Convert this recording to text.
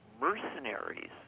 mercenaries